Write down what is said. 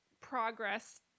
progress